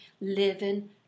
living